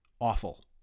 awful